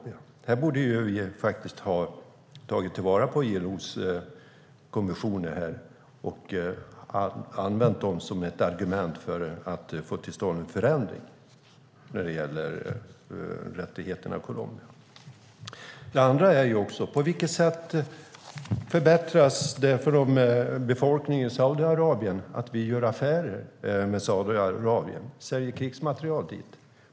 I stället borde vi ha använt ILO:s konventioner som argument för att få till stånd en ändring när det gäller rättigheterna i Colombia. På vilket sätt förbättrar det för befolkningen i Saudiarabien att vi gör affärer med Saudiarabien och säljer krigsmateriel dit?